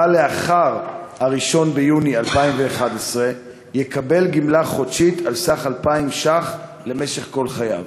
לאחר 1 ביוני 2011 יקבל גמלה חודשית על סך 2,000 ש"ח למשך כל חייו.